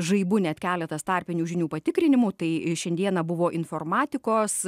žaibu net keletas tarpinių žinių patikrinimų tai šiandieną buvo informatikos